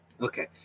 Okay